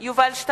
(קוראת בשמות חברי הכנסת) יובל שטייניץ,